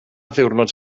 ddiwrnod